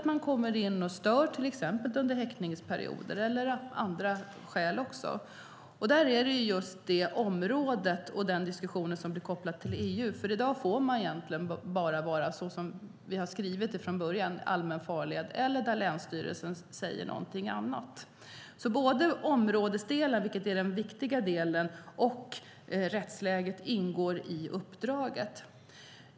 Man kommer till exempel in och stör under häckningsperioder. Den diskussionen kopplas till EU, för i dag får man egentligen bara köra vattenskoter på allmän farled eller där länsstyrelsen tillåtit det, som vi har skrivit från början. Både områdesdelen, vilket är den viktigaste delen, och rättsläget ingår i uppdraget.